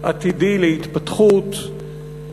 עתידי להתפתחות.